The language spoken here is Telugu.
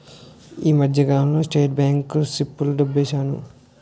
ఈ మధ్యకాలంలో స్టేట్ బ్యాంకు సిప్పుల్లో డబ్బేశాను